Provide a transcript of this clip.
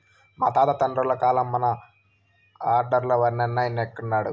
మా తాత తండ్రుల కాలంల మన ఆర్డర్లులున్నై, నేడెక్కడ